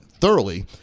thoroughly